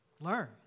learn